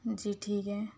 جی ٹھیک ہے